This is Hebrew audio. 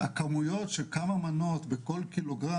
הכמויות של כמה מנות בכל ק"ג,